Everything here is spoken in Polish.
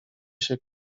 się